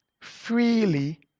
freely